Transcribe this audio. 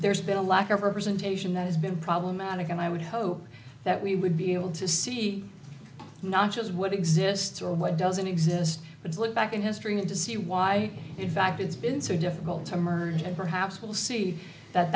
there's been a lack of representation that has been problematic and i would hope that we would be able to see not just what exists or what doesn't exist but to look back in history and to see why it fact it's been so difficult to merge and perhaps we'll see that